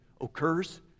occurs